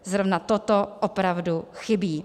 Zrovna toto opravdu chybí.